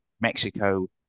Mexico